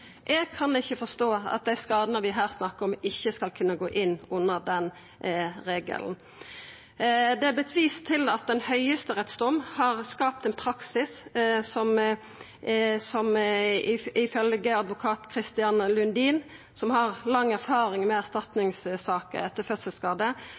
Eg kan ikkje forstå at dei skadane vi her snakkar om, ikkje skal kunna gå inn under den regelen. Det er blitt vist til at ein høgsterettsdom har skapt ein praksis som ifølgje advokat Christian Lundin, som har lang erfaring med